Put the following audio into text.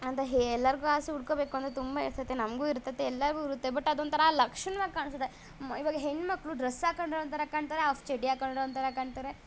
ಅಂತ ಹೇ ಎಲ್ಲರ್ಗೂ ಆಸೆ ಉಟ್ಕೋಬೇಕು ಅಂತ ತುಂಬ ಇರ್ತೈತೆ ನಮಗೂ ಇರ್ತೈತೆ ಎಲ್ಲರ್ಗೂ ಇರುತ್ತೆ ಬಟ್ ಅದೊಂಥರ ಲಕ್ಷಣವಾಗಿ ಕಾಣ್ಸುತ್ತೆ ಇವಾಗ ಹೆಣ್ಣುಮಕ್ಳು ಡ್ರೆಸ್ ಹಾಕಂಡ್ರೆ ಒಂಥರ ಕಾಣ್ತಾರೆ ಆಫ್ ಚಡ್ಡಿ ಹಾಕೊಂಡ್ರೆ ಒಂಥರ ಕಾಣ್ತಾರೆ